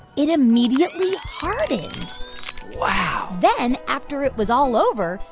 it immediately hardened wow then after it was all over,